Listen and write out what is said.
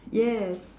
yes